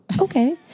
Okay